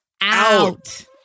out